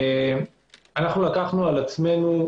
לקחנו על עצמנו,